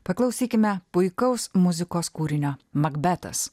paklausykime puikaus muzikos kūrinio makbetas